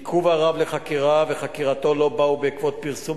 עיכוב הרב לחקירה וחקירתו לא באו בעקבות פרסום